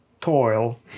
toil